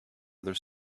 other